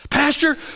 Pastor